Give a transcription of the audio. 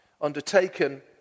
undertaken